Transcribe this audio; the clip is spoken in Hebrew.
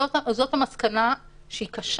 זאת המסקנה שלנו.